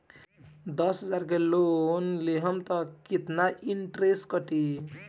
दस हजार के लोन लेहम त कितना इनट्रेस कटी?